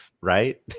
right